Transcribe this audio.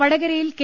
വടകരയിൽ കെ